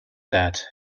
that